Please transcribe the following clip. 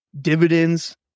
dividends